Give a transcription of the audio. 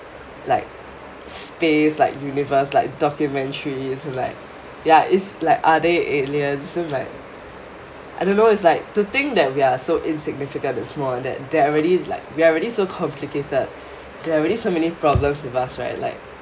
like space like universe like documentaries and like ya is like are there aliens things like I don't know it's like to think that we are so insignificant and small that there are already like we are already so complicated there are already so many problems with us right like